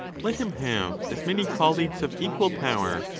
let him have as many colleagues, of equal power,